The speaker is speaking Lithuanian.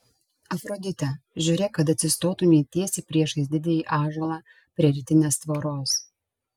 afrodite žiūrėk kad atsistotumei tiesiai priešais didįjį ąžuolą prie rytinės tvoros